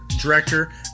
director